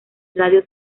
radio